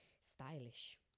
stylish